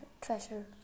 treasure